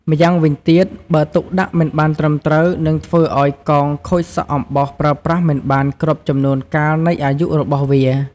ម្យ៉ាងវិញទៀត បើទុកដាក់មិនបានត្រឹមត្រូវនឹងធ្វើឲ្យកោងខូចសក់អំបោសប្រើប្រាស់មិនបានគ្រប់ចំនួនកាលនៃអាយុរបស់វា។